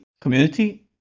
community